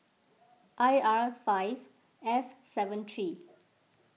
I R five F seven three